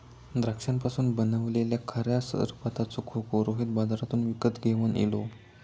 द्राक्षांपासून बनयलल्या खऱ्या सरबताचो खोको रोहित बाजारातसून विकत घेवन इलो